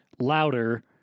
Louder